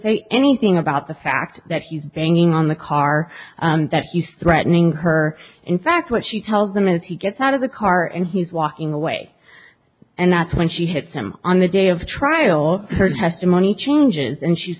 say anything about the fact that he's banging on the car that he's threatening her in fact what she tells him as he gets out of the car and he's walking away and that's when she hits him on the day of trial her testimony changes and she's